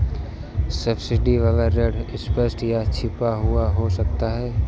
subsidy वाला ऋण स्पष्ट या छिपा हुआ हो सकता है